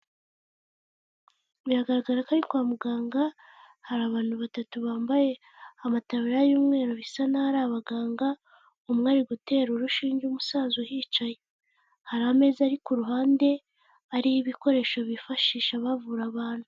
Biragaragara ko ari kwa muganga, hari abantu batatu bambaye amataburiya y'umweru bisa nkaho ari abaganga, umwe Ari gutera urushinge umusaza uhicaye, hari ameza ari ku ruhande ariho ibikoresho bifashisha bavura abantu.